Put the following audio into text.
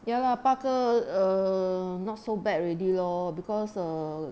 ya lah 八个 err not so bad already lor because err